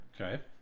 Okay